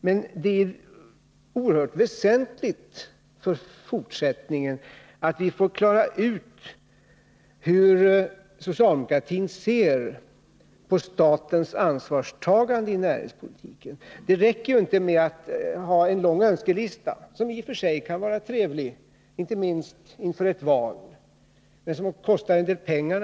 Men det är oerhört väsentligt med tanke på framtiden att det klaras ut hur socialdemokratin ser på statens ansvarstagande när det gäller näringspolitiken. Det räcker ju inte med att ha en lång önskelista. I och för sig kan den vara trevlig, inte minst inför ett val, men givetvis kostar det en hel del pengar.